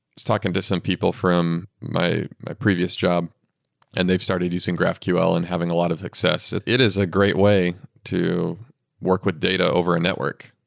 just talking to some people from my my previous job and they've started using graphql and having a lot of success. it it is a great way to work with data over a network.